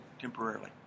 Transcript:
temporarily